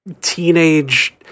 teenage